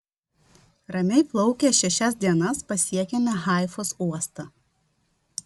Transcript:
ramiai plaukę šešias dienas pasiekėme haifos uostą